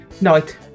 night